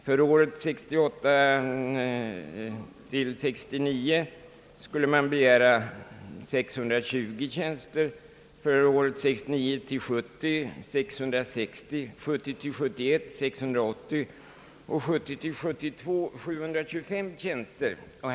För året 1968 70 660, 1970 72 725 tjänster.